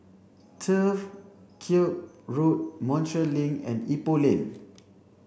Turf Ciub Road Montreal Link and Ipoh Lane